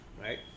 Right